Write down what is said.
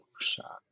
shot